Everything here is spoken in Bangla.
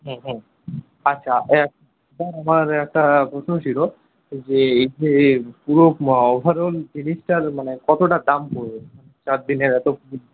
হুম হুম আচ্ছা একটা আমার একটা প্রশ্ন ছিল যে এই যে পুরো ওভারঅল জিনিসটার মানে কতটা দাম পড়বে মানে চারদিনের এত